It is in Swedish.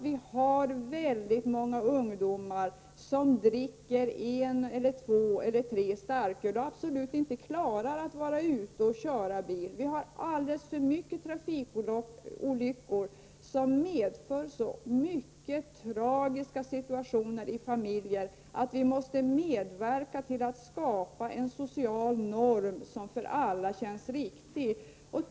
Vi har väldigt många ungdomar som dricker en, två eller tre starköl, och som absolut inte klarar att köra bil i trafiken. Vi har alldeles för många trafikolyckor som leder till tragiska situationer för familjer. Vi måste medverka till att skapa en social norm som känns riktig för alla.